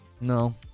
No